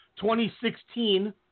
2016